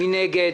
מי נגד?